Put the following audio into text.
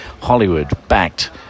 Hollywood-backed